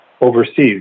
overseas